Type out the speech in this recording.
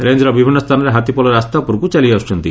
ରେଂଜ୍ର ବିଭିନ୍ନ ସ୍ଥାନରେ ହାତୀପଲ ରାସ୍ତା ଉପରକୁ ଚାଲିଆସୁଛନ୍ତି